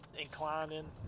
inclining